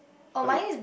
a big